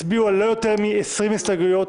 יצביעו על לא יותר מ-20 הסתייגויות,